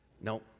No